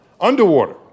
Underwater